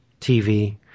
TV